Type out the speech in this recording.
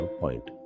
point